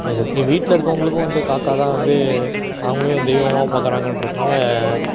இதை என் வீட்டில் இருக்கவர்களுக்கும் வந்து காக்கா தான் வந்து அவர்களையும் தெய்வமாக பார்க்கறாங்கன்றதுனால